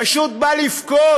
פשוט בא לבכות.